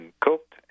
cooked